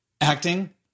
acting